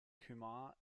kumar